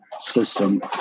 system